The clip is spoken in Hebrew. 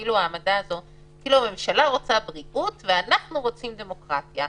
כאילו הממשלה רוצה בריאות ואנחנו רוצים דמוקרטיה.